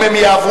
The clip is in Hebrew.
אם הן יעברו,